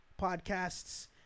podcasts